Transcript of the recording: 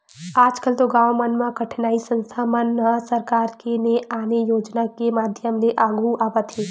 आजकल तो गाँव मन म कइठन संस्था मन ह सरकार के ने आने योजना के माधियम ले आघु आवत हे